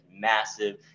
massive